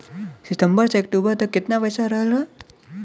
सितंबर से अक्टूबर तक कितना पैसा रहल ह?